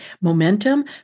momentum